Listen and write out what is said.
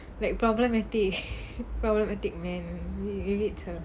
like problematic problematic man we wait uh